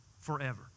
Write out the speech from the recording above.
forever